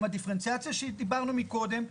עם הדיפרנציאציה שדיברנו עליה מקודם,